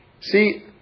See